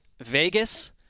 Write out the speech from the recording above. Vegas